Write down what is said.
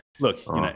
Look